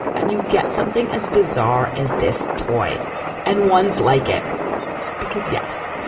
and you get something as bizarre as this toy and ones like it because, yes,